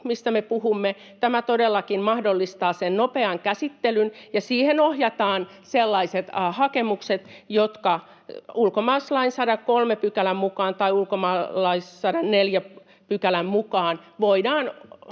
mistä me nyt puhumme, todellakin mahdollistaa sen nopean käsittelyn, ja siihen ohjataan sellaiset hakemukset, joista ulkomaalaislain 103 §:n mukaan tai 104 §:n mukaan voidaan